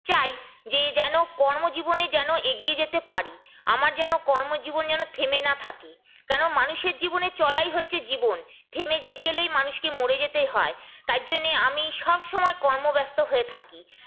চাই যে যেন কর্মজীবনে যেন এগিয়ে যেতে পারি আমার যেন কর্মজীবন যেন থেমে না থাকে কেন মানুষের জীবনে চলাই হচ্ছে জীবন থেমে গেলেই মানুষকে মরে যেতে হয় তার জন্য আমি সবসময় কর্মব্যস্ত হয়ে থাকি